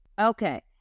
Okay